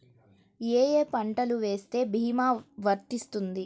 ఏ ఏ పంటలు వేస్తే భీమా వర్తిస్తుంది?